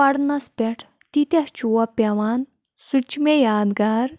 پَرنَس پٮ۪ٹھ تیۭتیاہ چوب پیوان سُہ تہِ چھُ مےٚ یادگار